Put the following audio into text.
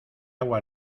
agua